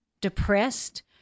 depressed